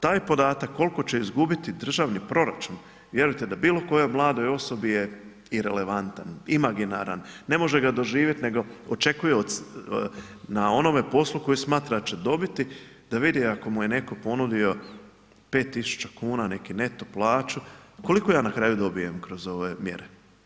Taj podatak koliko će izgubiti državni proračun, vjerujte da bilokojoj mladoj osobi je irelevantan, imaginaran, ne može ga doživjeti nego očekuje na onome poslu koji smatra da će dobiti, da vidi ako mu je netko ponudio 5000 kuna, neki neto plaću, koliko ja na kraju dobijem kroz ove mjere?